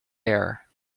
air